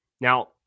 Now